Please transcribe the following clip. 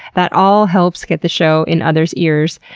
that all helps get the show in others' ears.